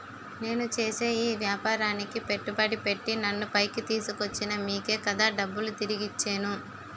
నేను చేసే ఈ వ్యాపారానికి పెట్టుబడి పెట్టి నన్ను పైకి తీసుకొచ్చిన మీకే కదా డబ్బులు తిరిగి ఇచ్చేను